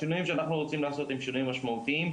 השינויים שאנחנו רוצים לעשות הם שינויים משמעותיים,